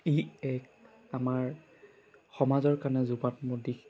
ই এক আমাৰ সমাজৰ কাৰণে যুগাত্মক দিশ